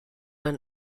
ein